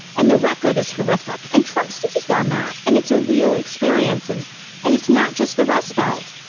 and the record is horrific and trump seized on that and it's a real experience and and it's not just the rust belt.